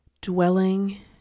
dwelling